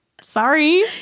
sorry